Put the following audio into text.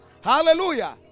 hallelujah